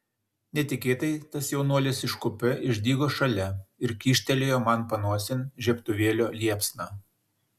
netikėtai tas jaunuolis iš kupė išdygo šalia ir kyštelėjo man panosėn žiebtuvėlio liepsną